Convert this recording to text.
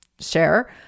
share